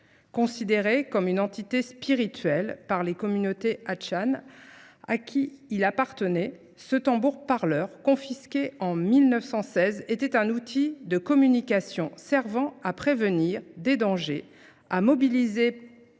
considérée comme une entité spirituelle par les communautés hachans à qui il appartenait, ce tambour parleur confisqué en 1916 était un outil de communication servant à prévenir des dangers, à mobiliser pour la guerre et